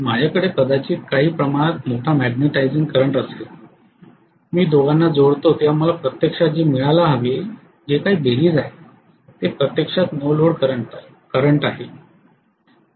माझ्याकडे कदाचित काही प्रमाणात मोठा मॅग्नेटिझिंग करंट असेल मी दोघांना जोडतो तेव्हा मला प्रत्यक्षात जे मिळायला हवे जे काही बेरीज आहे ते प्रत्यक्षात नो लोड करंट आहे